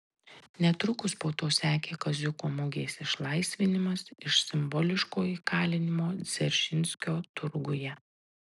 netrukus po to sekė kaziuko mugės išlaisvinimas iš simboliško įkalinimo dzeržinskio turguje